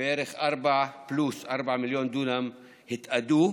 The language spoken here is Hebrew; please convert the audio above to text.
בערך 4 מיליון דונם פלוס התאדו,